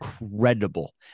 incredible